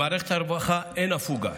במערכת הרווחה אין הפוגה.